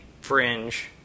Fringe